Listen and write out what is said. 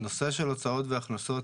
נושא של הוצאות והכנסות